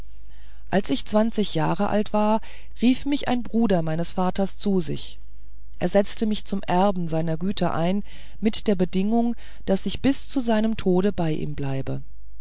als ich zwanzig jahre alt war rief mich ein bruder meines vaters zu sich er setzte mich zum erben seiner güter ein mit der bedingung daß ich bis zu seinem tode bei ihm bleibe